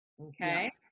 Okay